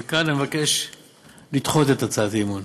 על כן אבקש לדחות את הצעת האי-אמון.